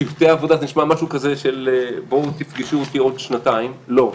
צוותי עבודה זה נשמע משהו כזה של בואו תפגשו אותי עוד שנתיים לא,